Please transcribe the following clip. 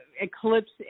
eclipse